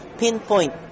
pinpoint